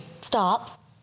stop